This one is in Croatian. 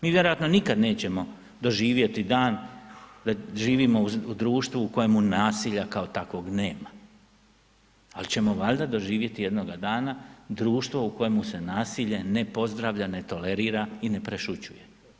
Mi vjerojatno nikada nećemo doživjeti dan, da živimo u društvu u kojemu nasilja kao takvog nema, ali ćemo valjda doživjeti jednoga dana društvo u kojemu se nasilje ne pozdravlja, ne tolerira i ne prešućuje.